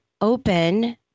open